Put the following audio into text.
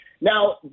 Now